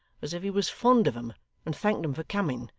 as if he was fond of em and thanked em for coming.